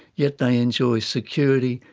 yet they enjoy security,